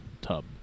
tub